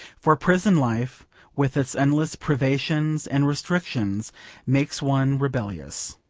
for prison life with its endless privations and restrictions makes one rebellious.